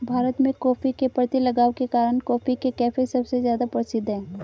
भारत में, कॉफ़ी के प्रति लगाव के कारण, कॉफी के कैफ़े सबसे ज्यादा प्रसिद्ध है